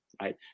right